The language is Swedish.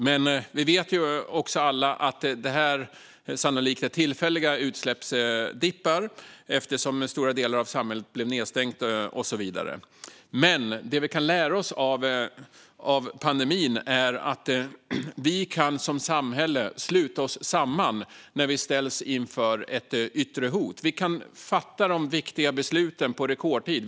Men vi alla vet också att detta sannolikt är tillfälliga utsläppsdippar, eftersom stora delar av samhället blev nedstängt och så vidare. Men det som vi kan lära oss av pandemin är att vi som samhälle kan sluta oss samman när vi ställs inför ett yttre hot. Vi kan fatta de viktiga besluten på rekordtid.